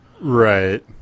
Right